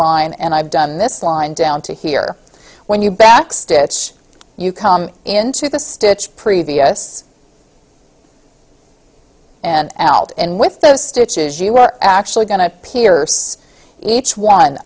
line and i've done this line down to here when you back stitch you come in to the stitch previous and out and with those stitches you are actually going to pierce each one